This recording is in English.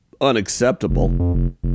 Unacceptable